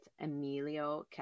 Emilio